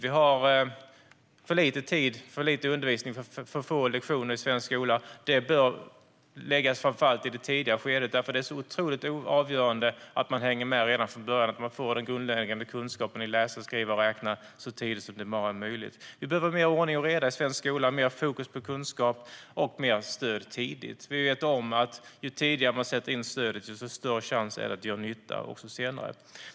Det är för lite undervisningstid och för få lektioner i svensk skola. Det bör läggas in mer tid i framför allt det tidiga skedet, för det är så otroligt avgörande att man hänger med redan från början och får grundläggande kunskaper i att läsa, skriva och räkna så tidigt som det bara är möjligt. Vi behöver mer ordning och reda i svensk skola, mer fokus på kunskap och mer stöd tidigt. Vi vet att ju tidigare man sätter in stödet, desto större chans är det att det gör nytta också senare.